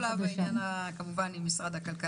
אז אנחנו נשתף פעולה בעניין עם משרד הכלכלה.